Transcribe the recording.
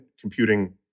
computing